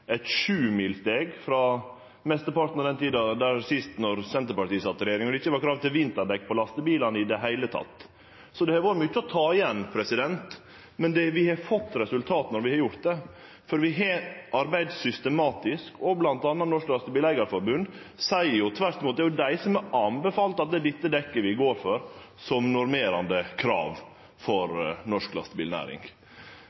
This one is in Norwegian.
eit sjumilssteg frå mesteparten av den tida då Senterpartiet sist sat i regjering, og det ikkje var krav til vinterdekk på lastebilar i det heile. Så det har vore mykje å ta igjen. Men vi har fått resultat når vi har gjort det, for vi har arbeidd systematisk. Det er Norges Lastebileier-Forbund som har anbefalt at det er dekket vi går for som normerande krav for